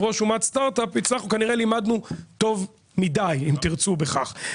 ראש אומת סטארט אפ הצלחנו כנראה למדנו טוב מדי אם תרצו בכך,